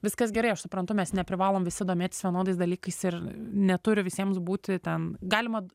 viskas gerai aš suprantu mes neprivalom visi domėtis vienodais dalykais ir neturi visiems būti ten galima